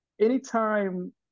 Anytime